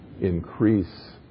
increase